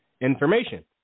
information